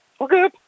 okay